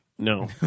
no